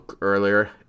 earlier